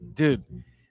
dude